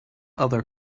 other